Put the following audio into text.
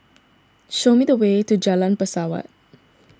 show me the way to Jalan Pesawat